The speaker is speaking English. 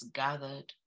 gathered